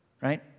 right